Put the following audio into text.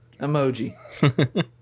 emoji